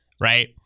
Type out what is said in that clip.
right